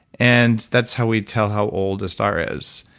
and that's how we'd tell how old a star is.